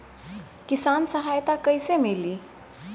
किसान सहायता कईसे मिली?